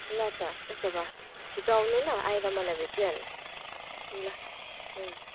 ल त उसो भए छिटो आउनु ल आएर मलाई भेटिहाल्नु ल हुन्छ